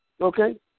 okay